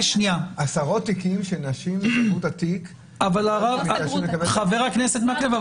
עשרות מקרים של נשים שסגרו את התיק --- חבר הכנסת מקלב,